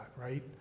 right